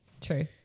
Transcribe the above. true